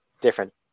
different